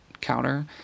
counter